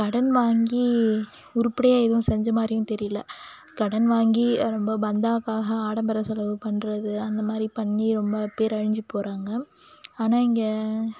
கடன் வாங்கி உருப்புடியாக எதும் செஞ்ச மாதிரியும் தெரியல கடன் வாங்கி ரொம்ப பந்தாவாக ஆடம்பர செலவு பண்ணுறது அந்த மாதிரி பண்ணி ரொம்ப பேரழிஞ்சு போகிறாங்க ஆனால் இங்கே